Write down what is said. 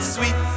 Sweet